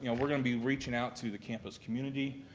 you know we're going to be reaching out to the campus community,